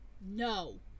no